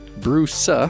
Bruce